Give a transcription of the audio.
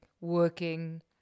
working